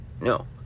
no